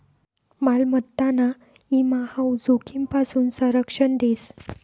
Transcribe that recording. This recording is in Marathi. मालमत्ताना ईमा हाऊ जोखीमपासून संरक्षण देस